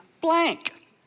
blank